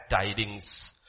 tidings